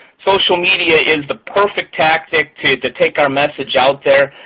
social media is the perfect tactic to to take our message out there.